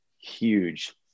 huge